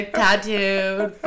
tattooed